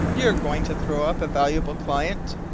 you're going to throw up a valuable client?